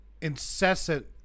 incessant